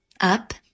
up